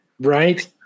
right